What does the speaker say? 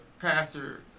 pastor